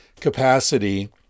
capacity